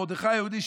מרדכי היהודי,